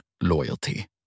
loyalty